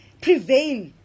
prevail